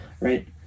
right